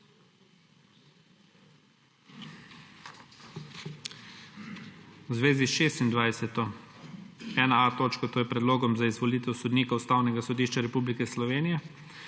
zvezi s 26.-1a točko, to je Predlogom za izvolitev sodnika Ustavnega sodišča Republike Slovenije